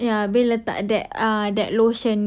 ya bila letak that ah that lotion